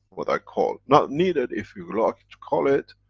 what i call, not needed if you would like to call it,